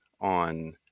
on